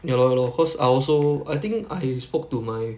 ya lor ya lor cause I also I think I spoke to my